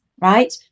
right